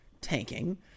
tanking